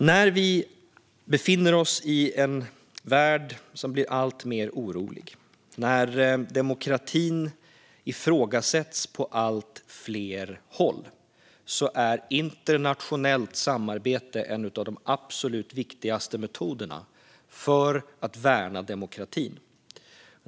När vi befinner oss i en värld som blir alltmer orolig och demokratin ifrågasätts på allt fler håll är internationellt samarbete en av de absolut viktigaste metoderna för att värna demokratin.